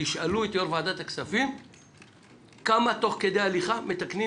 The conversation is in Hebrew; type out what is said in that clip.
תשאלו את יו"ר ועדת הכספים כמה תוך כדי הליכה מתקנים